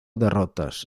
derrotas